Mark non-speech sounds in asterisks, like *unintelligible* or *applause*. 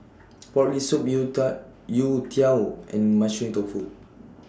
Pork Rib Soup *unintelligible* Youtiao and Mushroom Tofu